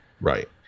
Right